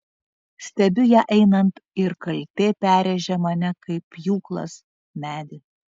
stebiu ją einant ir kaltė perrėžia mane kaip pjūklas medį